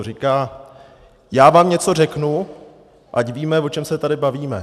Říká já vám něco řeknu, ať víme, o čem se tady bavíme.